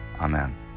Amen